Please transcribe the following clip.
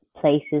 places